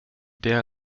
der